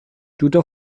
tuto